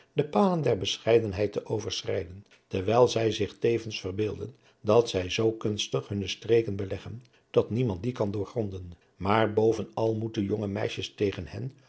de palen der bescheidenheid te overschrijden terwijl zij zich tevens verbeelden dat zij zoo kunstig hunne streken beleggen dat niemand die kan doorgronden maar boven al moeten jonge meisjes tegen hen